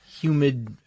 humid